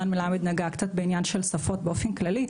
רן מלמד נגע קצת בעניין של שפות באופן כללי,